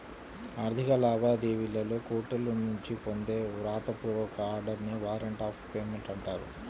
ఆర్థిక లావాదేవీలలో కోర్టుల నుంచి పొందే వ్రాత పూర్వక ఆర్డర్ నే వారెంట్ ఆఫ్ పేమెంట్ అంటారు